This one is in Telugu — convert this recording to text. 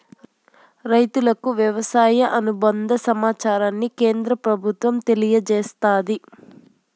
రైతులకు వ్యవసాయ అనుబంద సమాచారాన్ని కేంద్ర ప్రభుత్వం తెలియచేస్తాది